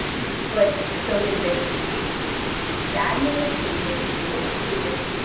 yeah. but so is it sadness? is it guilt? is it,